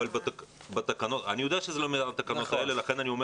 אני רק